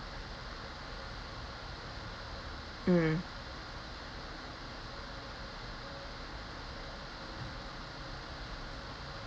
mm